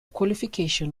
qualification